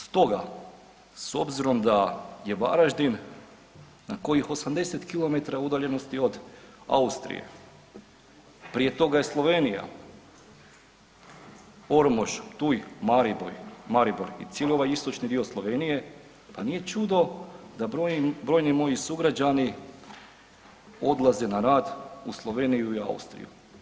Stoga s obzirom da je Varaždin na kojih 80 km udaljenosti od Austrije, prije toga je Slovenija, Ormož, Ptuj, Maribor i cijeli ovaj istočni dio Slovenije pa nije čudo da brojni moji sugrađani odlaze na rad u Sloveniju i Austriju.